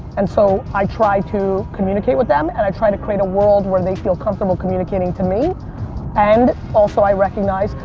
and so, i try to communicate with them and i try to create a world where they feel comfortable communicating to me and also i recognize,